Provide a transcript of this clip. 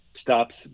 stops